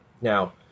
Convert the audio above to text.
Now